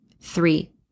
Three